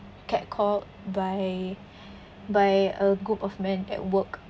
catcalled by by a group of men at work